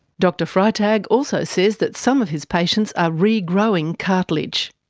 dr freitag also says that some of his patients are regrowing cartilage.